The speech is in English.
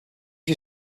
you